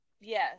Yes